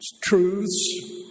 truths